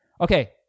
Okay